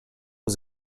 was